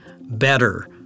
better